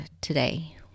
today